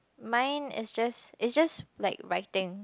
mine is just is just like writing